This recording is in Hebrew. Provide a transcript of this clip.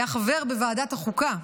היה חבר בוועדת החוקה,